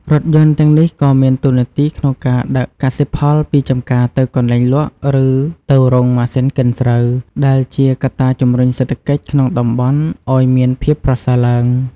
រថយន្តទាំងនេះក៏មានតួនាទីក្នុងការដឹកកសិផលពីចម្ការទៅកន្លែងលក់ ឬទៅរោងម៉ាស៊ីនកិនស្រូវ ដែលជាកត្តាជំរុញសេដ្ឋកិច្ចក្នុងតំបន់ឱ្យមានភាពប្រសើរឡើង។